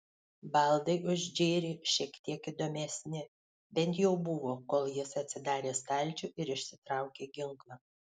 baldai už džerį šiek tiek įdomesni bent jau buvo kol jis atsidarė stalčių ir išsitraukė ginklą